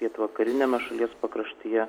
pietvakariniame šalies pakraštyje